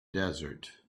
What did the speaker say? desert